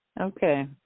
Okay